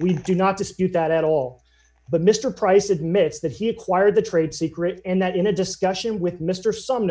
we do not dispute that at all but mr price admits that he acquired the trade secret and that in a discussion with m